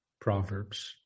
Proverbs